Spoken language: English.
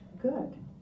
good